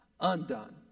undone